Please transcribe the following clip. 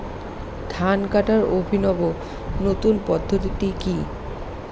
ধান কাটার অভিনব নতুন পদ্ধতিটি কি?